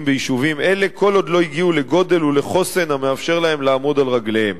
ביישובים אלה כל עוד לא הגיעו לגודל ולחוסן המאפשר להם לעמוד על רגליהם.